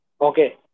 Okay